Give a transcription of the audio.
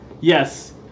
yes